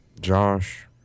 Josh